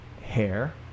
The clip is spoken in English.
hair